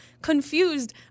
confused